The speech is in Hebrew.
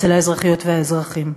אצל האזרחיות והאזרחים.